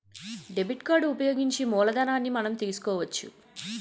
debit card ఉపయోగించి మూలధనాన్ని మనం తీసుకోవచ్చు